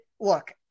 look